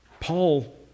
Paul